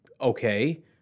okay